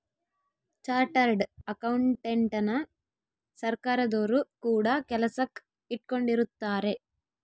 chartered ಅಕೌಂಟೆಂಟನ ಸರ್ಕಾರದೊರು ಕೂಡ ಕೆಲಸಕ್ ಇಟ್ಕೊಂಡಿರುತ್ತಾರೆ